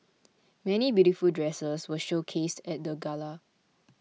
many beautiful dresses were showcased at the gala